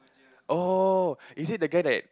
oh is it the guy that